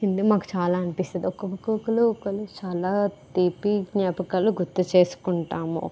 మాకు చాలా అనిపిస్తుంది ఒకొక్కరు చాలా తీపి జ్ఞాపకాలు గుర్తు చేసుకుంటాము